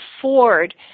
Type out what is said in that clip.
afford